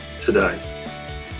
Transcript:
today